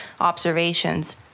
observations